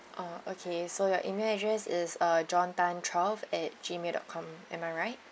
ah okay so your email address is uh john tan twelve at Gmail dot com am I right